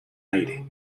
aire